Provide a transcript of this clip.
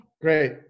Great